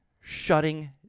shutting